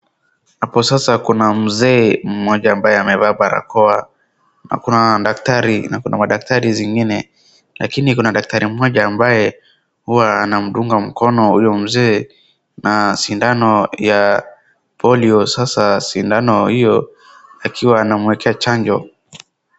Hapo sasa kuna mzee mmoja ambaye amevaa barakoa na kuna daktari na madktari zingine lakini kuna daktari mmoja ambaye huwa anamdunga mkono huyo mzee na sindano ya polio ,sasa sindano hiyo akiwa anamwekea chanjo.